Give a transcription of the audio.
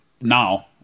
now